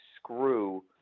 screw